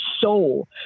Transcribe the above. soul